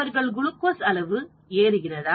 அவர்கள் குளுக்கோஸ் அளவு ஏறுகிறதா